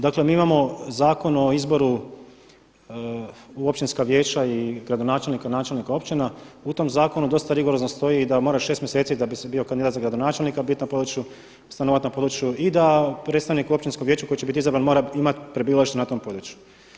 Dakle, mi imamo Zakon o izboru u općinska vijeća i gradonačelnika i načelnika općina i u tom zakonu dosta rigorozno stoji da mora 6 mjeseci da bi bio kandidat za gradonačelnika biti na području stanovati na području i da predstavnik u općinskom vijeću koji će biti izabran mora imati prebivalište na tome području.